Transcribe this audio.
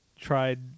tried